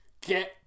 Get